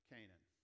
Canaan